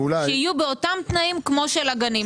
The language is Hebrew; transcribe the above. שיהיו באותם תנאים כמו של הגנים,